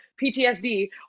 PTSD